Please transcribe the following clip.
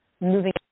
moving